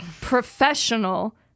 Professional